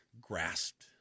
grasped